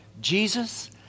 Jesus